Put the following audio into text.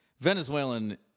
Venezuelan